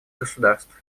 государств